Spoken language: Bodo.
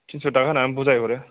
थिनस' थाखा होनानै बुजाय हरो